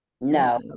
No